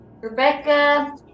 Rebecca